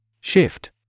Shift